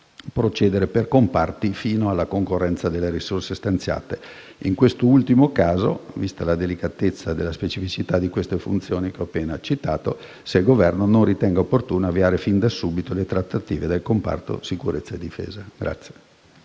procedere per comparti fino alla concorrenza delle risorse stanziate. In quest'ultimo caso, vista la delicatezza e la specificità della funzione che ho appena citato, vorremmo sapere se il Governo non ritenga opportuno avviare fin da subito le trattative del comparto sicurezza e difesa.